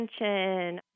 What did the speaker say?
attention